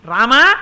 Rama